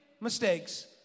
mistakes